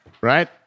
right